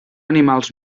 animals